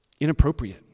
inappropriate